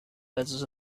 patches